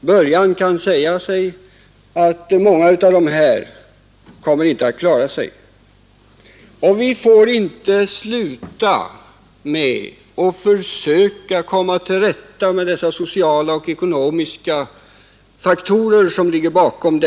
början kan säga att de här kommer inte att klara sig. Vi får inte sluta med att försöka komma till rätta med de sociala och ekonomiska faktorer som ligger bakom.